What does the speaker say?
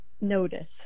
notice